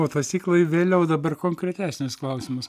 motociklai vėliau dabar konkretesnis klausimas